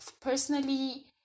Personally